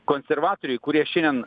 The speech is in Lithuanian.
konservatoriai kurie šiandien